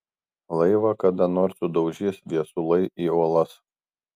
laivą kada nors sudaužys viesulai į uolas